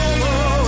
Over